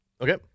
Okay